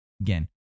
Again